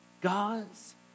God's